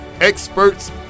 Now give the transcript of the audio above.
experts